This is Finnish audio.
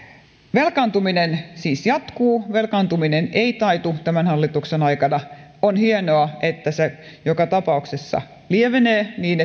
velkaantuminen siis jatkuu velkaantuminen ei taitu tämän hallituksen aikana on hienoa että se joka tapauksessa lievenee niin